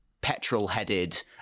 petrol-headed